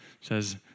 says